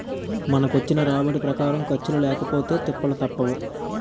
మనకొచ్చిన రాబడి ప్రకారం ఖర్చులు లేకపొతే తిప్పలు తప్పవు